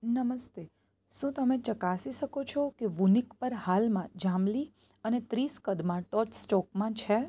નમસ્તે શું તમે ચકાસી શકો છો કે વૂનિક પર હાલમાં જાંબલી અને ત્રીસ કદમાં ટોર્ચ સ્ટોકમાં છે